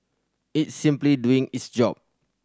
it's simply doing its job